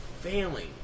failing